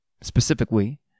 specifically